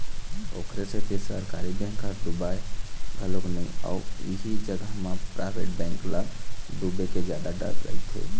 ओखरे सेती सरकारी बेंक ह डुबय घलोक नइ अउ इही जगा म पराइवेट बेंक ल डुबे के जादा डर रहिथे